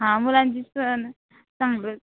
हा मुलांची सन चांगलं